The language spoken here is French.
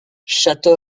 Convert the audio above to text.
château